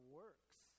works